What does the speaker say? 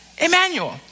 Emmanuel